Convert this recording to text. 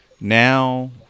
now